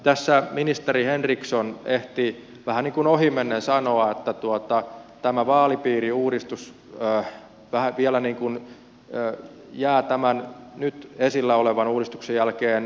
tässä ministeri henriksson ehti vähän niin kuin ohimennen sanoa että tämä vaalipiiriuudistus vielä jää tämän nyt esillä olevan uudistuksen jälkeen työn alle